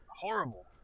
horrible